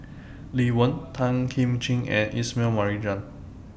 Lee Wen Tan Kim Ching and Ismail Marjan